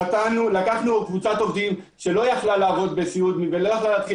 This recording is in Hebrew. לקחנו קבוצת עובדים שלא יכלה לעבוד בסיעוד ולא יכלה להתחיל